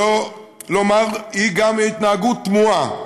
שלא לומר התנהגות תמוהה,